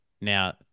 Now